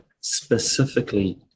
specifically